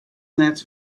net